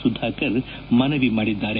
ಸುಧಾಕರ್ ಮನವಿ ಮಾಡಿದ್ದಾರೆ